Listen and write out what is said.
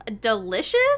delicious